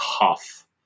tough